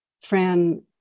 Fran